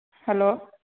hello